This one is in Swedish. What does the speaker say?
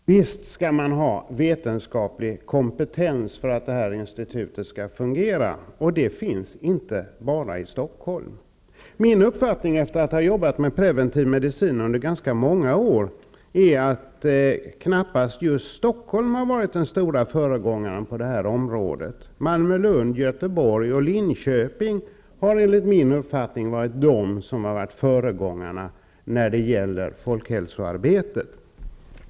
Fru talman! Visst skall det finnas vetenskaplig kompetens för att detta institut skall kunna fungera. Men den kompetensen finns inte endast i Stockholm. Min uppfattning, efter att ha arbetat med preventiv medicin under ganska många år, är att Stockholm knappast har varit den stora föregångaren på det här området. Enligt min uppfattning är det Malmö, Lund, Göteborg och Linköping som har varit föregångarna i folkhälsoarbetet.